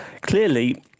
Clearly